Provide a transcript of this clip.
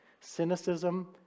cynicism